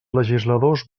legisladors